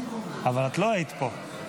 --- אבל את לא היית פה.